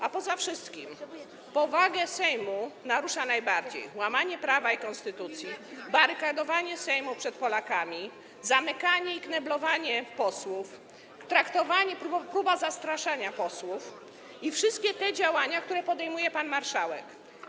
A poza wszystkim powagę Sejmu najbardziej narusza łamanie prawa i konstytucji, barykadowanie Sejmu przed Polakami, zamykanie i kneblowanie posłów, próba zastraszania posłów i wszystkie te działania, które podejmuje pan marszałek.